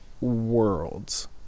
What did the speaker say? worlds